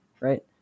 right